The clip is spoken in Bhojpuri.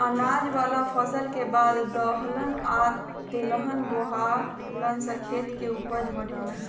अनाज वाला फसल के बाद दलहन आ तेलहन बोआला से खेत के ऊपज बढ़ेला